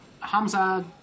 Hamza